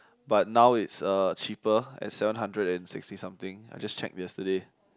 but now it's uh cheaper at seven hundred and sixty something I just checked yesterday